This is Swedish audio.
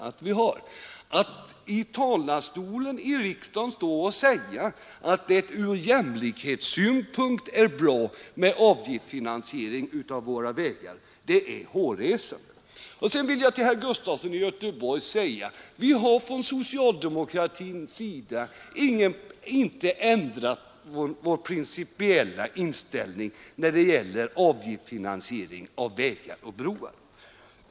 Att i talarstolen i riksdagen stå och säga att det från jämlikhetssynpunkt är bra med avgiftsfinansiering av våra vägar är hårresande. Till herr Gustafson i Göteborg vill jag säga: Vi har från socialdemokratins sida inte ändrat vår principiella inställning när det gäller avgiftsfinansiering av vägar och broar.